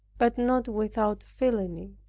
but not without feeling